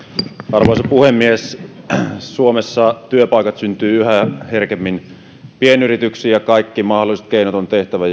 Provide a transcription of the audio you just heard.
arvoisa puhemies suomessa työpaikat syntyvät yhä herkemmin pienyrityksiin ja kaikki mahdolliset keinot on tehtävä